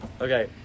Okay